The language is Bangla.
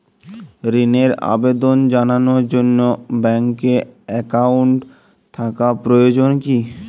ঋণের আবেদন জানানোর জন্য ব্যাঙ্কে অ্যাকাউন্ট থাকা প্রয়োজন কী?